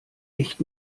echt